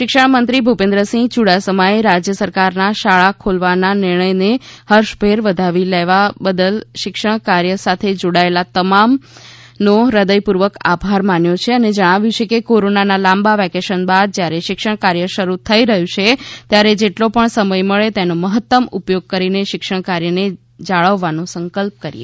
શિક્ષણમંત્રી ભૂપેન્દ્રસિંહ યૂડાસમાએ રાજ્ય સરકારના શાળા ખોલવાના નિર્ણયને હર્ષભેર વધાવી લેવા બદલ શિક્ષણ કાર્ય સાથે જોડાયેલ તમામનો હૃદયપૂર્વક આભાર પણ માન્યો છે અને જણાવ્યું કે કોરોનાના લાંબા વેકેશન બાદ જ્યારે શિક્ષણ કાર્ય શરૂ થઈ રહ્યું છે ત્યારે જેટલો પણ સમય મળે તેનો મહત્તમ ઉપયોગ કરીને શિક્ષણકાર્યને જાળવવાનો સંકલ્પ કરીએ